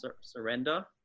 surrender